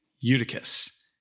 Eutychus